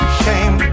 shame